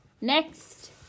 Next